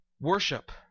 worship